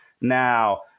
Now